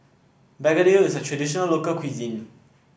begedil is a traditional local cuisine